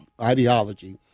ideology